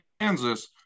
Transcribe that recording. Kansas